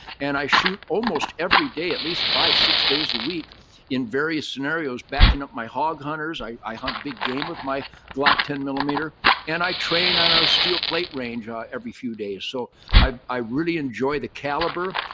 and i shoot almost every day, at least five, six days a week in various scenarios, backing up my hog hunters. i hunt big game with my glock ten millimeter and i train on a steel plate range ah every few days. so i really enjoy the caliber.